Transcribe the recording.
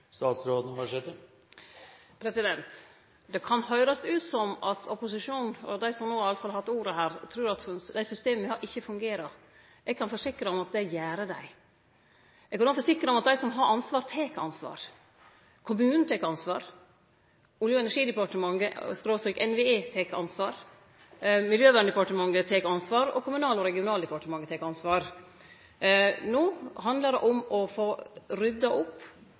Det kan høyrast ut som at opposisjonen, iallfall dei som no har hatt ordet her, trur at det systemet me har, ikkje fungerer. Eg kan forsikre om at det gjer det. Eg kan forsikre om at dei som har ansvar, tek ansvar. Kommunen tek ansvar, Olje- og energidepartementet/NVE tek ansvar, Miljøverndepartementet tek ansvar, og Kommunal- og regionaldepartementet tek ansvar. No handlar det om å få rydda opp.